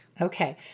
Okay